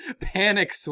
panic